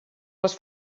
les